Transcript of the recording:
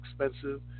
expensive